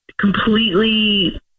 completely